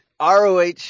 ROH